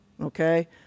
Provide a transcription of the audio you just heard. okay